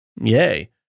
Yay